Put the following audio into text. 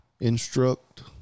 instruct